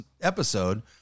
episode